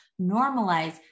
normalize